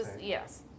yes